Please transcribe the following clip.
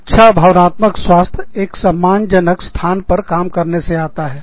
अच्छा भावनात्मक स्वास्थ्य एक सम्मान जनक स्थान पर काम करने से आता है